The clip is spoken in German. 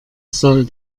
soll